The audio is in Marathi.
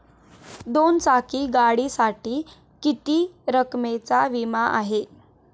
दोन चाकी गाडीसाठी किती रकमेचा विमा आहे?